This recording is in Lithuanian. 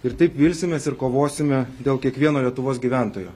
ir taip vilsimės ir kovosime dėl kiekvieno lietuvos gyventojo